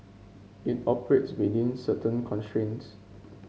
it operates within certain constraints